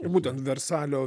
būtent versalio